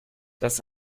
das